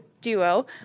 duo